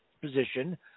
position